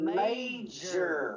major